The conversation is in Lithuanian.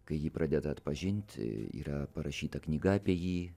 kai jį pradeda atpažint yra parašyta knyga apie jį